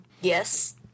yes